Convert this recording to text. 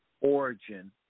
origin